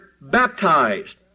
baptized